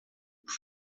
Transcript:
por